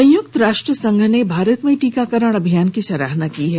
संयुक्त राष्ट्र संघ ने भारत में टीकाकरण अभियान की सराहना की है